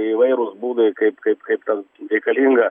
įvairūs būdai kaip kaip kaip ten reikalinga